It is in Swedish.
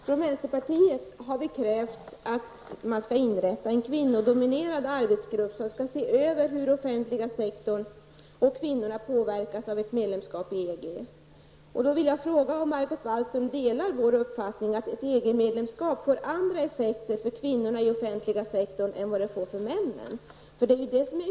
Från vänsterpartiet har vi krävt att det skall inrättas en kvinnodominerad arbetsgrupp som skall se över hur den offentliga sektorn och kvinnorna påverkas av ett medlemskap i EG. Delar Margot Wallström vår uppfattning att ett EG-medlemskap får andra effekter för kvinnorna i den offentliga sektorn än det får för männen?